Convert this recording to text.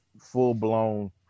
full-blown